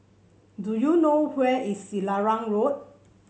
do you know where is Selarang Road